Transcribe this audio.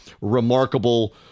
Remarkable